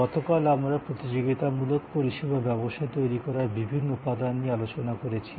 গতকাল আমরা প্রতিযোগিতামূলক পরিষেবা ব্যবসা তৈরি করার বিভিন্ন উপাদান নিয়ে আলোচনা করেছি